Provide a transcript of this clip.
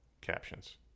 captions